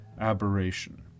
aberration